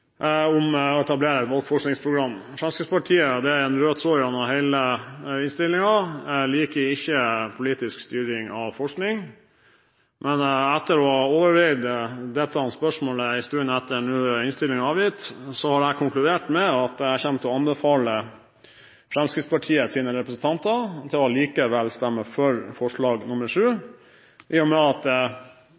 om å etablere et valgforskningsprogram. – Det går som en rød tråd gjennom hele innstillingen at Fremskrittspartiet ikke liker politisk styring av forskning. Men etter å ha overveid dette spørsmålet en stund etter at innstilingen var avgitt, har jeg konkludert med at jeg kommer til å anbefale Fremskrittspartiets representanter til likevel å stemme for forslag nr.7. I og med at